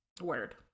Word